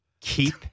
Keep